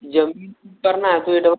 ज़मीन करना है तो यह डबल